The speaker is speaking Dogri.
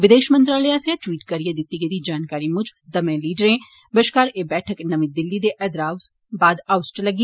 विदेश मंत्रालय आस्सेआ द्वीट करियै दिती गेदी जानकारी मुजब दवै लीडरे बश्कार एह बैठक नमीं दिल्ली दे हैदराबाद हाऊस च लग्गी